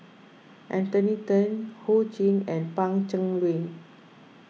Anthony then Ho Ching and Pan Cheng Lui